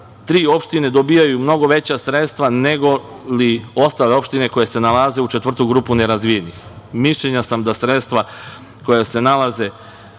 opštine dobijaju mnogo veća sredstva nego li ostale opštine koje se nalaze u četvrtoj grupi nerazvijenih. Mišljenja sam da sredstva koja se nalaze